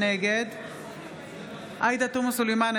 נגד עאידה תומא סלימאן,